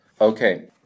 okay